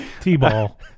T-ball